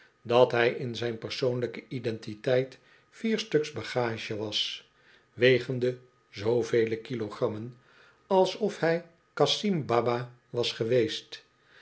dat hij in zijn persoonlijke identiteit vier stuks bagage was wegende zoovele kilogrammen alsof hij cassim baba was geweest